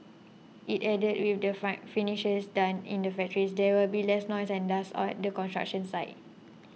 it added with the finishes done in the factories there will be less noise and dust at the construction site